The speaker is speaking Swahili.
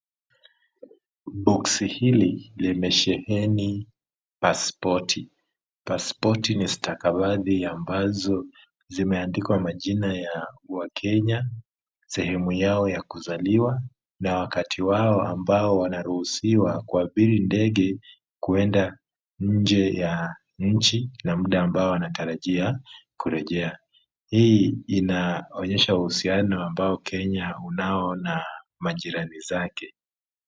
Boksi hili limesheheni pasipoti. Pasipoti ni stakabadhi ambazo zimeandikwa majina ya wakenya, sehemu yao ya kuzaliwa na wakati wao ambao wanaruhusiwa kuabiri ndege kwenda nje ya nchi na muda ambao wanatarajia kurejea. Hii inaonyesha uhusiano ambao Kenya unao na majirani zake.